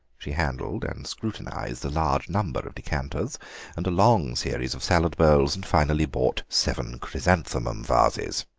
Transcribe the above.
she handled and scrutinised a large number of decanters and a long series of salad bowls, and finally bought seven chrysanthemum vases.